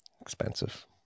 Expensive